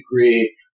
degree